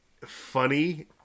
funny